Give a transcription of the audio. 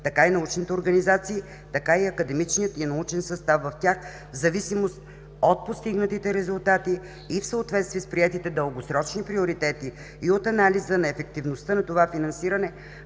така и научните организации, така и академичният и научен състав в тях в зависимост от постигнатите резултати и в съответствие с приетите дългосрочни приоритети, и от анализа на ефективността на това финансиране